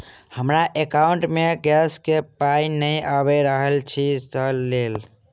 हमरा एकाउंट मे गैस केँ पाई नै आबि रहल छी सँ लेल?